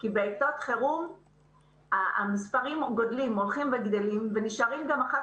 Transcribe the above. כי בעתות חירום המספרים גדלים ונשארות אחר